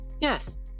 Yes